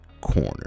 corner